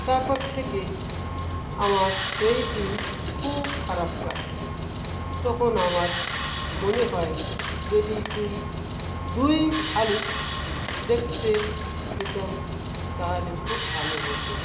তারপর থেকে আমার সেই দিন খুব খারাপ কাটে তখন আমার মনে হয় যদি দুই দুই শালিক দেখতে পেতাম তাহলে খুব ভালো হতো